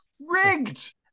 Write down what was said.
Rigged